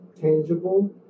tangible